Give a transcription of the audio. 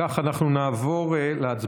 אם כך, אנחנו נעבור להצבעה.